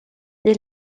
est